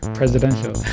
presidential